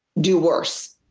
do worse.